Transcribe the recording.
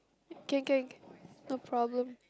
can can no problem